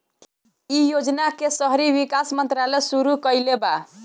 इ योजना के शहरी विकास मंत्रालय शुरू कईले बा